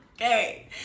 okay